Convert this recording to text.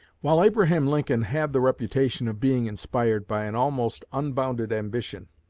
while abraham lincoln had the reputation of being inspired by an almost unbounded ambition,